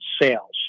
sales